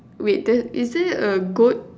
wait there is there a goat